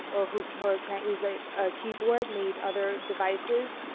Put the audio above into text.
or who can't can't use a keyboard, need other devices.